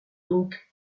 donc